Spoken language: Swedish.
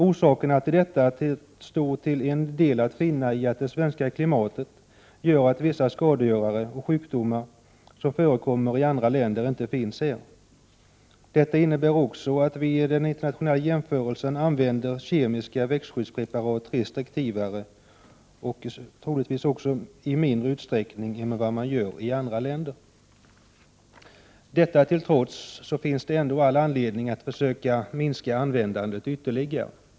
Orsakerna till detta står till en del att finna i att det svenska klimatet gör att vissa skadedjur och sjukdomar som förekommer i andra länder inte finns här. Detta innebär också att vi i en internationell jämförelse använder kemiska växtskyddspreparat restriktivare och troligtvis också i mindre utsträckning än vad man gör i andra länder. Detta till trots finns det ändå all anledning att försöka minska användandet av preparaten ytterligare.